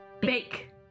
bake